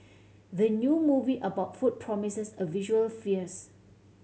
the new movie about food promises a visual fierce